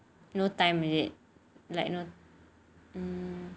no time is it like no hmm